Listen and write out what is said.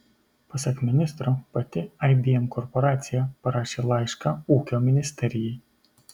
pasak ministro pati ibm korporacija parašė laišką ūkio ministerijai